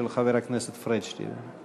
של חבר הכנסת פריג' שתהיה,